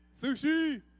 Sushi